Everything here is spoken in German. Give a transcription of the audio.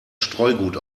streugut